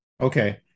Okay